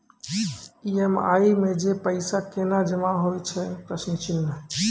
EMI मे जे पैसा केना जमा होय छै?